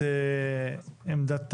עמדת